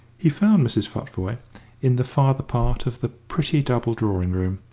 he found mrs. futvoye in the farther part of the pretty double drawing-room,